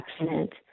accident